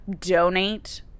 Donate